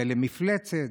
זה למפלצת,